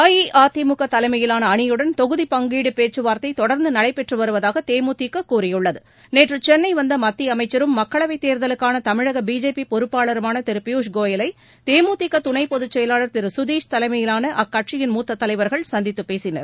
அஇதிமுக தலைமையிலான அணியுடன் தொகுதி பங்கீடு பேச்சுவார்த்தை தொடர்ந்து நடைபெற்று வருவதாக தேமுதிக கூறியுள்ளது நேற்று சென்னை வந்த மத்திய அமைச்சரும் மக்களவைத் தேர்தலுக்கான தமிழக பிஜேபி பொறுப்பாளருமான திரு பியூஷ் கோயலை தேமுதிக துணைச்செயலாளர் திரு கதீஷ் தலைமையில் அக்கூட்சியின் மூத்தத் தலைவர்கள் சந்தித்து பேசினர்